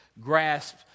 grasp